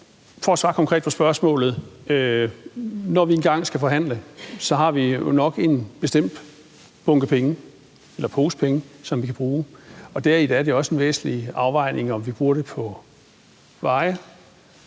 for at svare konkret på spørgsmålet vil jeg sige, at når vi engang skal forhandle, har vi jo nok en bestemt pose penge, som vi kan bruge, og der er der også en væsentlig afvejning af, om vi bruger dem på veje,